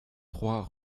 trois